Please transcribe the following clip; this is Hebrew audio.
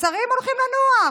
השרים הולכים לנוח.